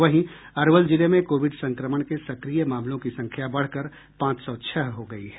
वहीं अरवल जिले में कोविड संक्रमण के सक्रिय मामलों की संख्या बढ़कर पांच सौ छह हो गयी है